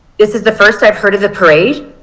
this is the first i have heard of the parade.